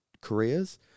careers